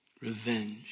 revenge